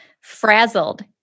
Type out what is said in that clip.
frazzled